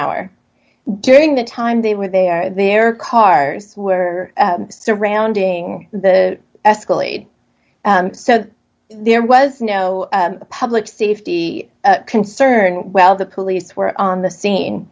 hour during the time they were there their cars were surrounding the escalator and so there was no public safety concern well the police were on the scene